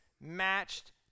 matched